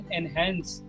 enhance